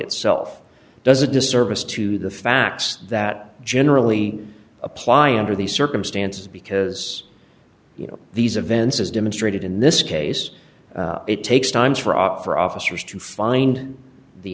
itself does a disservice to the facts that generally apply under these circumstances because you know these events as demonstrated in this case it takes times for for officers to find the